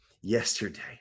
yesterday